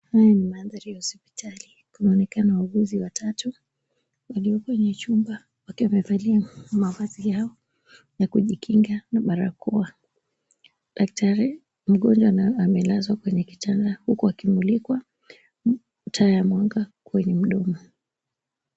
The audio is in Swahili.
Haya ni mandhari ya hospitali. Kunaonekana wauguzi watatu walio kwenye chumba wakiwa wamevalia mavazi yao ya kujikinga na barakoa. Daktari, mgonjwa na amelazwa kwenye kitanda huku akimulikwa taa ya mwanga kwenye mdomo.